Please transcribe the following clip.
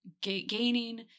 gaining